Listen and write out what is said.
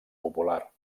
popular